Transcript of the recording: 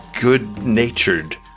good-natured